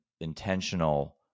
intentional